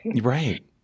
right